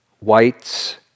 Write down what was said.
Whites